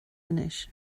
anois